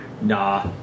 nah